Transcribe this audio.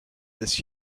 this